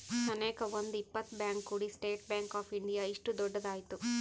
ಸನೇಕ ಒಂದ್ ಇಪ್ಪತ್ ಬ್ಯಾಂಕ್ ಕೂಡಿ ಸ್ಟೇಟ್ ಬ್ಯಾಂಕ್ ಆಫ್ ಇಂಡಿಯಾ ಇಷ್ಟು ದೊಡ್ಡದ ಆಯ್ತು